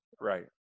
Right